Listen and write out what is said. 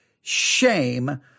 shame